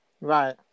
Right